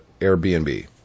Airbnb